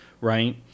Right